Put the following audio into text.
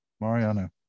Mariano